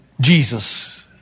Jesus